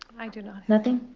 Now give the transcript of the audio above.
i do not. nothing?